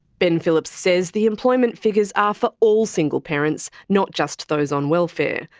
ben phillips says the employment figures are for all single parents, not just those on welfare.